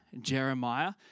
Jeremiah